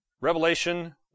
Revelation